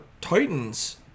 Titans